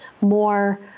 more